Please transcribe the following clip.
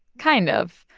kind of.